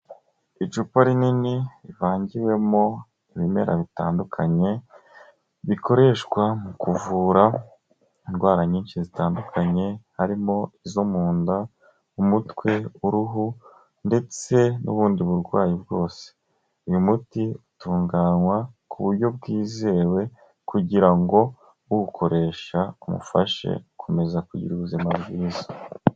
Icupa rinini, rivangiwemo ibimera bitandukanye, bikoreshwa mu kuvura indwara nyinshi zitandukanye, harimo: izo mu nda, umutwe ,uruhu ndetse n'ubundi burwayi bwose, uyu muti utunganywa ku buryo bwizewe kugira ngo uwukoresha umufashe gukomeza kugira ubuzima bwiza.